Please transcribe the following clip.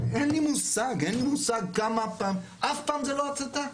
אין לי מושג כמה פעמים, אף פעם זה לא הצתה?